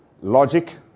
logic